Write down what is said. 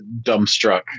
dumbstruck